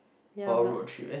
ya but